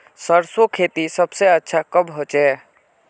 सरसों खेती सबसे अच्छा कब होचे?